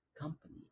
company